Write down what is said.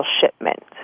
shipment